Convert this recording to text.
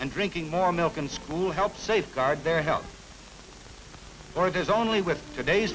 and drinking more milk in school help safeguard their helps or there's only with today's